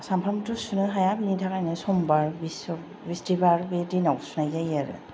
सामफ्रामबोथ सुनो हाया बिनिथाखायनो समबार बिस्तिबार बे दिनावसो सुनाय जायो आरो